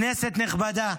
כנסת נכבדה,